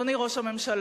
אדוני ראש הממשלה,